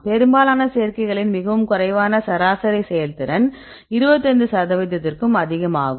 பெரும்பாலான சேர்க்கைகளின் மிகவும் குறைவான சராசரி செயல்திறன் 25 சதவீதத்திற்கும் அதிகமாகும்